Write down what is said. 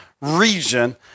region